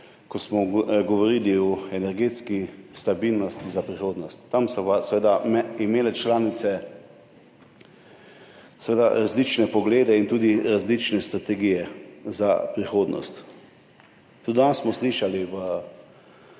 ko smo govorili o energetski stabilnosti za prihodnost. Tam so pa seveda imele članice različne poglede in tudi različne strategije za prihodnost. Tudi danes smo slišali